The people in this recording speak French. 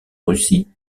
russie